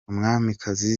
umwamikazi